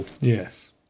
Yes